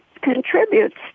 contributes